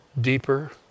Deeper